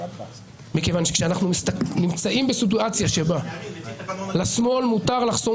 מכיוון שכשאנו נמצאים בסיטואציה שבה לשמאל מותר לחסום